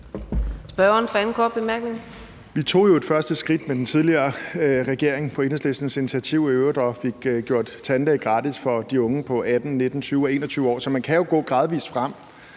Vi tog et første skridt med den tidligere regering, i øvrigt på Enhedslistens initiativ, og fik gjort tandlæge gratis for de unge på 18, 19, 20 og 21 år. Så man kan jo gå gradvis frem.